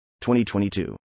2022